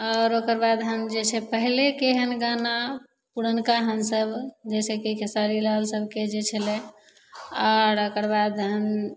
आओर ओकर बाद हम जे छै पहिले केहन गाना पुरनका हमसभ जइसे खेसारी लाल सभके जे छलै आओर ओकर बाद हम